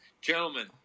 Gentlemen